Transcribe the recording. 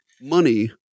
money